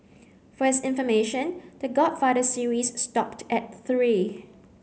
for his information The Godfather series stopped at three